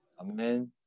Amen